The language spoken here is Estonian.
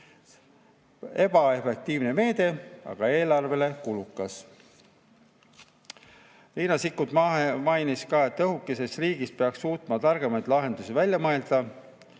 Ebaefektiivne meede ja eelarvele kulukas. Riina Sikkut märkis ka, et õhukeses riigis peaks suutma targemaid lahendusi välja mõelda.